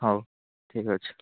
ହଉ ଠିକ୍ ଅଛି